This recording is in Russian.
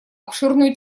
обширную